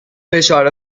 فشار